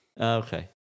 Okay